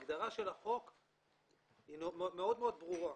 ההגדרה של החוק היא מאוד מאוד ברורה,